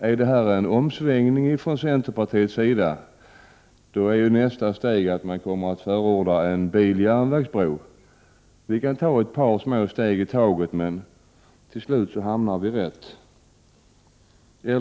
Innebär detta en omsvängning från centerpartiets sida? I så fall blir nästa steg att man förordar en biloch järnvägsbro. Vi tar ett par små steg i taget. Till slut hamnar vi rätt.